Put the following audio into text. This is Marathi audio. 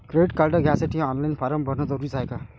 क्रेडिट कार्ड घ्यासाठी ऑनलाईन फारम भरन जरुरीच हाय का?